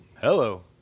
Hello